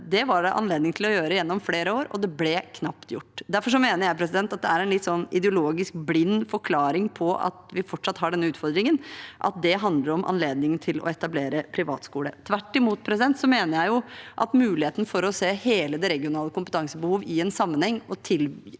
Det var det anledning til å gjøre i flere år, og det ble knapt gjort. Derfor mener jeg at det er en litt ideologisk blind forklaring på at vi fortsatt har den utfordringen, at det handler om anledningen til å etablere privatskole. Tvert imot mener jeg at nøkkelen er muligheten til å se hele det regionale kompetansebehovet i sammenheng,